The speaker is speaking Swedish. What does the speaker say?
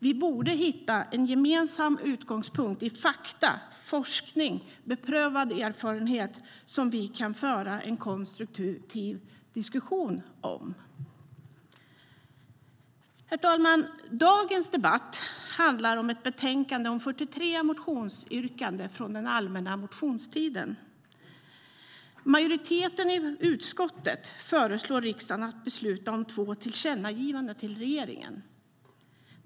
Vi borde hitta en gemensam utgångspunkt i fakta, forskning och beprövad erfarenhet som vi kan föra en konstruktiv diskussion om. Herr talman! Dagens debatt handlar om ett betänkande om 43 motionsyrkanden från den allmänna motionstiden. Majoriteten i utskottet föreslår att riksdagen ska besluta om två tillkännagivanden till regeringen.